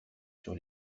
sur